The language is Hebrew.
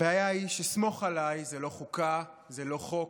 הבעיה היא ש"סמוך עליי" זה לא חוקה, זה לא חוק,